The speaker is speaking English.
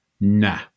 nah